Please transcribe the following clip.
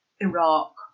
Iraq